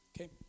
okay